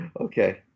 Okay